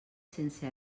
sense